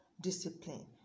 discipline